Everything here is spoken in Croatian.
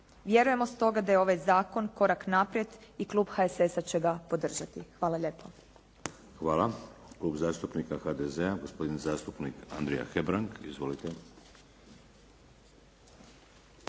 Vjerujemo stoga da je ovaj zakon korak naprijed i klub HSS-a će ga podržati. Hvala lijepo. **Šeks, Vladimir (HDZ)** Hvala. Klub zastupnika HDZ-a, gospodin zastupnik Andrija Hebrang. Izvolite.